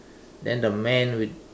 then the man with